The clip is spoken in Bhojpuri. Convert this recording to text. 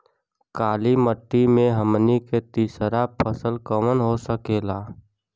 काली मिट्टी में हमनी के तीसरा फसल कवन हो सकेला?